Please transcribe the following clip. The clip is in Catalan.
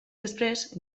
després